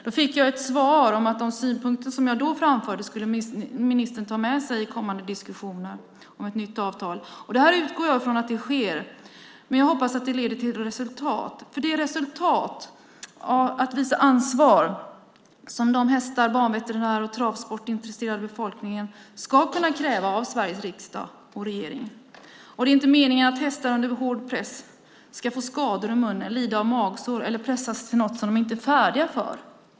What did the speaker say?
Jag fick ett svar om att de synpunkter som jag då framförde skulle ministern ta med sig i kommande diskussioner om ett nytt avtal. Jag utgår från att det sker. Jag hoppas att det leder till resultat. Det resultatet ska handla om att visa ansvar, vilket hästar, banveterinärer och den travsportintresserade befolkningen ska kunna kräva av Sveriges riksdag och regering. Det är inte meningen att hästar under hård press ska få skador i munnen, lida av magsår eller pressas till något de inte är färdiga för.